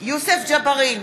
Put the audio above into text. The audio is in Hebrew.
יוסף ג'בארין,